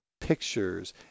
pictures